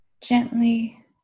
gently